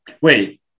Wait